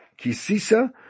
Kisisa